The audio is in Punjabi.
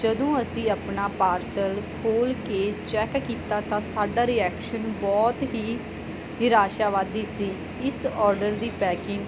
ਜਦੋਂ ਅਸੀਂ ਆਪਣਾ ਪਾਰਸਲ ਖੋਲ੍ਹ ਕੇ ਚੈੱਕ ਕੀਤਾ ਤਾਂ ਸਾਡਾ ਰਿਐਕਸ਼ਨ ਬਹੁਤ ਹੀ ਨਿਰਾਸ਼ਾਵਾਦੀ ਸੀ ਇਸ ਆਰਡਰ ਦੀ ਪੈਕਿੰਗ